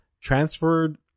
transferred